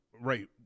Right